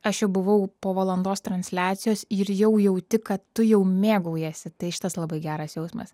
aš jau buvau po valandos transliacijos ir jau jauti kad tu jau mėgaujiesi tai šitas labai geras jausmas